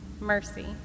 mercy